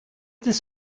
this